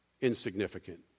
insignificant